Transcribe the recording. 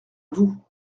vous